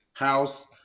house